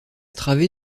travée